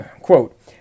Quote